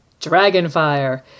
Dragonfire